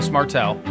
Martell